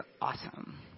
awesome